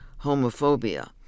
homophobia